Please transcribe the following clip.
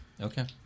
okay